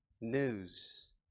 news